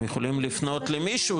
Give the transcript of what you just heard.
הם יכולים לפנות למישהו,